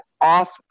off